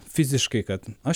fiziškai kad aš